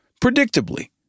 Predictably